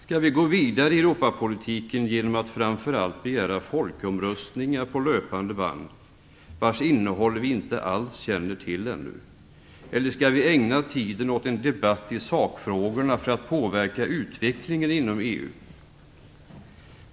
Skall vi gå vidare med Europapolitiken genom att framför allt begära folkomröstningar på löpande band, vilkas innehåll vi inte alls känner till ännu, eller skall vi ägna tiden åt en debatt i sakfrågorna för att påverka utvecklingen inom EU?